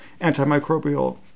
antimicrobial